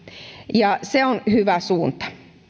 ja se on hyvä suunta